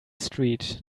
street